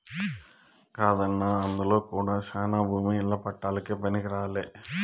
కాదన్నా అందులో కూడా శానా భూమి ఇల్ల పట్టాలకే పనికిరాలే